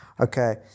Okay